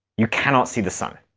you cannot see the sun.